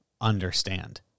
understand